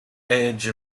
edge